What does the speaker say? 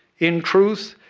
in truth,